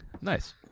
nice